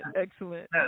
excellent